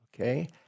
Okay